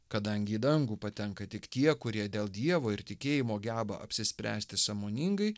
kadangi į dangų patenka tik tie kurie dėl dievo ir tikėjimo geba apsispręsti sąmoningai